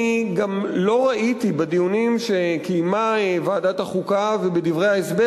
אני גם לא ראיתי בדיונים שקיימה ועדת החוקה ובדברי ההסבר